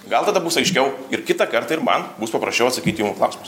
gal tada bus aiškiau ir kitą kartą ir man bus paprasčiau atsakyt jum į klausimus